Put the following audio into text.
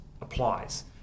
applies